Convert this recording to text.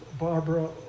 Barbara